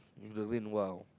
in the rain while